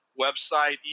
website